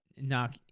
knock